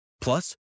Plus